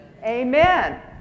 Amen